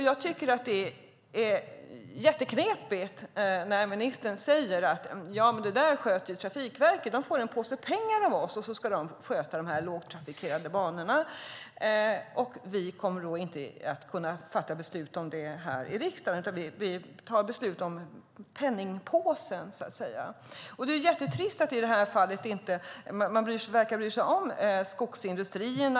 Jag tycker att det är knepigt när ministern säger att Trafikverket får en påse pengar och sedan får man sköta de lågtrafikerade banorna. Vi kommer nog inte att kunna fatta beslutet här i riksdagen eftersom vi bara beslutar om penningpåsen. Det verkar som att man inte bryr sig om skogsindustrierna.